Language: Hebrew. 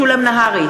בעד משולם נהרי,